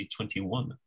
2021